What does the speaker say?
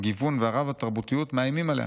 הגיוון והרב-תרבותיות מאיימים עליה.